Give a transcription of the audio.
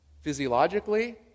Physiologically